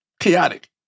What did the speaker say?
Chaotic